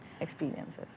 experiences